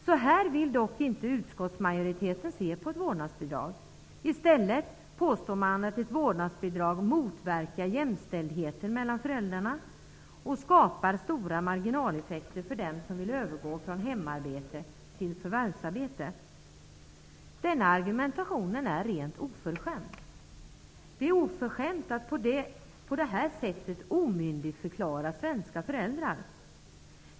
Så här vill dock inte utskottsmajoriteten se på ett vårdnadsbidrag. I stället påstår man att ett vårdnadsbidrag motverkar jämställdheten mellan föräldrarna och skapar stora marginaleffekter för den som vill övergå från hemarbete till förvärvsarbete. Denna argumentation är rent oförskämd. Det är oförskämt att på det här sättet omyndigförklara svenska föräldrar.